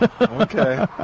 Okay